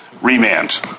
remand